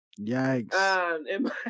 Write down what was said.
Yikes